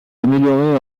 améliorer